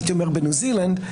בניו-זילנד,